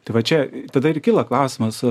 tai vat čia tada ir kyla klausimas